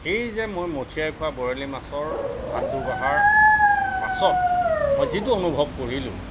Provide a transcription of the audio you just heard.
সেই যে মই মথিয়াই খোৱা বৰালি মাছৰ ভাত দুঘৰা পাছত মই যিটো অনুভৱ কৰিলোঁ